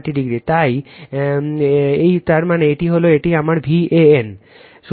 তাই ইহ তাই মানে এই মানে এটা আমার Van